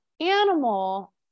animal